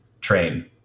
train